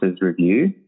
Review